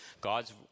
God's